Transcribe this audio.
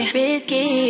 risky